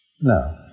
No